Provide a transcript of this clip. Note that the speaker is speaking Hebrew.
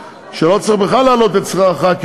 שלא צריך בכלל להעלות את שכר חברי הכנסת.